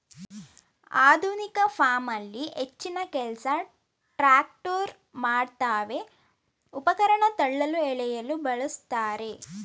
ಆಧುನಿಕ ಫಾರ್ಮಲ್ಲಿ ಹೆಚ್ಚಿನಕೆಲ್ಸ ಟ್ರ್ಯಾಕ್ಟರ್ ಮಾಡ್ತವೆ ಉಪಕರಣ ತಳ್ಳಲು ಎಳೆಯಲು ಬಳುಸ್ತಾರೆ